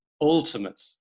ultimate